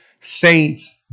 saints